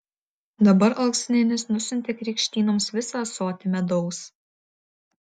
dabar alksninis nusiuntė krikštynoms visą ąsotį medaus